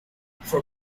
for